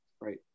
Right